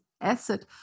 asset